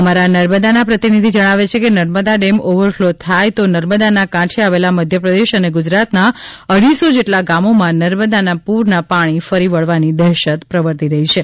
અમારા નર્મદાના પ્રતિનિધિ જણાવે છે કે નર્મદા ડેમ ઓવરફ્લો થાય તો નર્મદાના કાંઠે આવેલા મધ્યપ્રદેશ અને ગુજરાતના અઢીસો જેટલા ગામોમાં નર્મદા પુરના પાણી ફરી વળવાની દહેશત પ્રવર્તી રહી છે